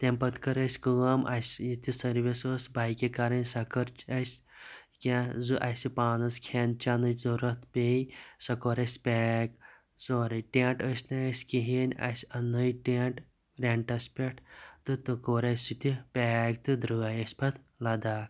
تمہِ پَتہٕ کٔر اَسہِ کٲم اَسہِ ییٚتہِ سٔروِس ٲس بایکہِ کَرٕنۍ سۄ کٔر اَسہِ کیٚنٛہہ اَسہِ پانَس کھیٚن چیٚنٕچ ضرورَت پے سۄ کٔر اَسہِ پیک سورٕے ٹیٚنٹ ٲسۍ نہٕ اَسہِ کِہیٖنۍ اَسہِ اَنہٕ ناے ٹیٚنٹ ریٚنٹَس پٮ۪ٹھ تہٕ تہٕ کوٚر اَسہِ سُہ تہِ پیک تہٕ دَراے أسۍ پَتہٕ لَداخ